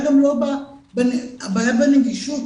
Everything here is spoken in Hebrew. הבעיה היא בנגישות